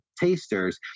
tasters